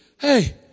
Hey